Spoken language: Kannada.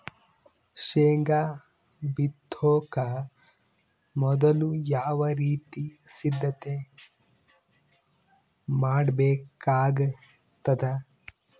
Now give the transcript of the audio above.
ಶೇಂಗಾ ಬಿತ್ತೊಕ ಮೊದಲು ಯಾವ ರೀತಿ ಸಿದ್ಧತೆ ಮಾಡ್ಬೇಕಾಗತದ?